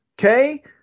Okay